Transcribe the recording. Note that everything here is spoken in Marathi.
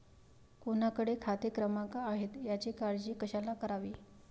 कोणाकडे खाते क्रमांक आहेत याची काळजी कशाला करावी